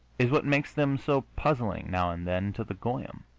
is what makes them so puzzling, now and then, to the goyim.